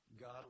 God